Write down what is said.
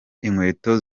inkweto